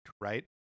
right